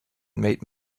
made